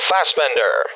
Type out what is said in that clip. Fassbender